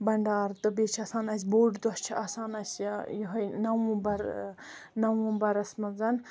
بنڑارٕ تہٕ بیٚیہِ چھُ آسان اَسہِ بوٚڈ دۄہ چھُ آسان اَسہِ یِہٕے نوومبرنووَمبرس مَنٛز